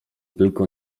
tylko